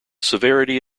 severity